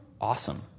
awesome